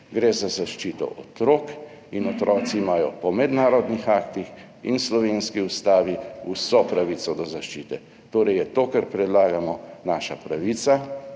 Gre za zaščito otrok in otroci imajo po mednarodnih aktih in slovenski ustavi vso pravico do zaščite, torej je to, kar predlagamo, naša pravica,